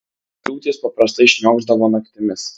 liūtys paprastai šniokšdavo naktimis